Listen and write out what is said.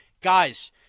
guys—